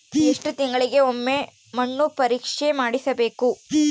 ಎಷ್ಟು ತಿಂಗಳಿಗೆ ಒಮ್ಮೆ ಮಣ್ಣು ಪರೇಕ್ಷೆ ಮಾಡಿಸಬೇಕು?